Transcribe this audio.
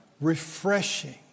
refreshing